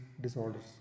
disorders